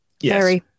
yes